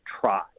try